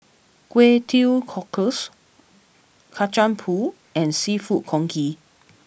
Kway Teow Cockles Kacang Pool and Seafood Congee